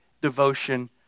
devotion